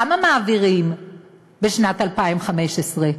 כמה מעבירים בשנת 2015?